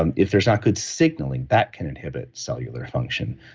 um if there's not good signaling, that can inhibit cellular function.